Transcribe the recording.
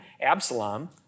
Absalom